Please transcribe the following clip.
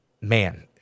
man